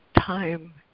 time